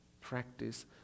practice